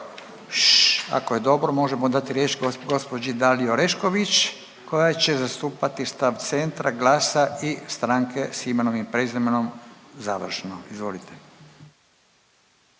ako je dobro možemo dati riječ gospođi Daliji Orešković, koja će zastupati stav Centra, Glasa i Stranke s imenom i prezimenom, završno. Izvolite.